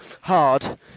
hard